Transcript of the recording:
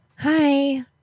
Hi